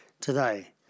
today